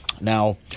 now